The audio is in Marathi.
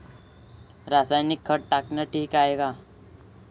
रासायनिक खत टाकनं ठीक हाये का?